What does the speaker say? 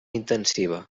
intensiva